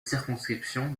circonscription